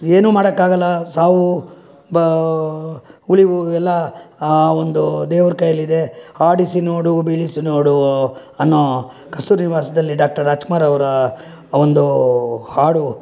ಏನೂ ಮಾಡೋಕ್ಕಾಗಲ್ಲ ಸಾವು ಬ ಉಳಿವು ಎಲ್ಲ ಒಂದು ದೇವರ ಕೈಯ್ಯಲ್ಲಿದೆ ಆಡಿಸಿ ನೋಡು ಬೀಳಿಸಿ ನೋಡು ಅನ್ನೋ ಕಸ್ತೂರಿ ನಿವಾಸದಲ್ಲಿ ಡಾಕ್ಟರ್ ರಾಜ್ಕುಮಾರವರ ಒಂದು ಹಾಡು